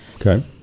Okay